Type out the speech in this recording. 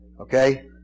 Okay